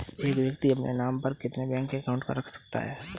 एक व्यक्ति अपने नाम पर कितने बैंक अकाउंट रख सकता है?